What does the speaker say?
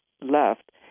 left